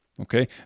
Okay